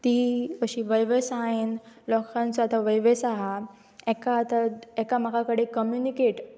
ती अशी वेवसायेन लोकांचो आतां वेवसाय आसा एका आतां एकामेका कडेन कम्युनिकेट